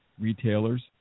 retailers